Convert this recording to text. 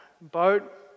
boat